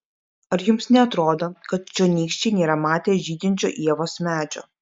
ar jums neatrodo kad čionykščiai nėra matę žydinčio ievos medžio